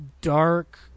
dark